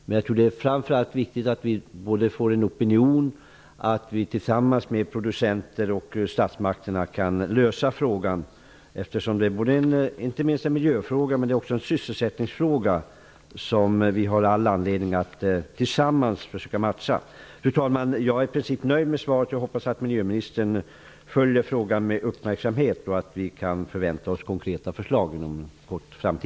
Men det är framför allt viktigt att vi skapar en opinion för att vi tillsammans med producenterna och statsmakterna skall kunna lösa frågan, eftersom det inte minst är en miljöfråga utan också en sysselsättningsfråga som vi har all anledning att tillsammans försöka matcha. Fru talman! Jag är i princip nöjd med svaret. Jag hoppas att miljöministern följer frågan med uppmärksamhet och att vi inom en snar framtid kan förvänta oss konkreta förslag.